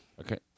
Okay